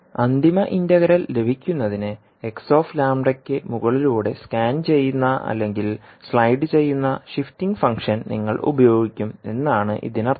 അന്തിമ ഇന്റഗ്രൽ ലഭിക്കുന്നതിന് xλയ്ക്ക് മുകളിലൂടെ സ്കാൻ ചെയ്യുന്ന അല്ലെങ്കിൽ സ്ലൈഡ് ചെയ്യുന്ന ഷിഫ്റ്റിംഗ് ഫംഗ്ഷൻ നിങ്ങൾ ഉപയോഗിക്കും എന്നാണ് ഇതിനർത്ഥം